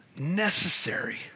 necessary